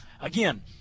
again